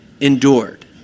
endured